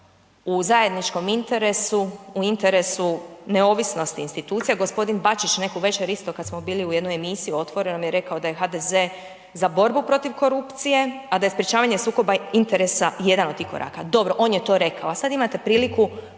u zajedničkom interesu, u interesu neovisnosti institucija. Gospodin Bačić neku večer isto kada smo bili u jednoj emisiji u Otvorenom je rekao da je HDZ za borbu protiv korupcije a da je sprječavanje sukoba interesa jedan od tih koraka. Dobro, on je to rekao a sada imate priliku